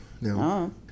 no